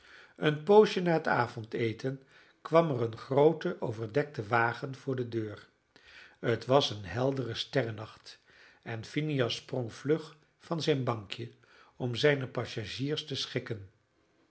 een poosje na het avondeten kwam er een groote overdekte wagen voor de deur het was een heldere sterrennacht en phineas sprong vlug van zijn bankje om zijne passagiers te schikken